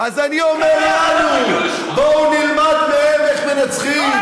אז אני אומר לנו: בואו נלמד מהם איך מנצחים.